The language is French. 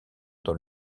dans